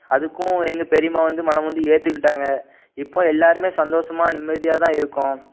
அதுக்கும் எங்கள் பெரியம்மா வந்து மனம் வந்து ஏற்றுக்கிட்டாங்க இப்போ எல்லோருமே சந்தோஷமாக நிம்மதியாக தான் இருக்கோம்